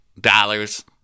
dollars